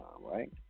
right